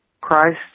Christ